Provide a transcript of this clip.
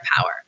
power